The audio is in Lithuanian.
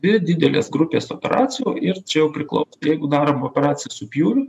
dvi didelės grupės operacijų ir čia jau priklauso jeigu darom operaciją su pjūviu